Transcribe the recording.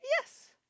Yes